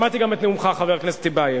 שמעתי גם את נאומך, חבר הכנסת טיבייב.